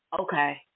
Okay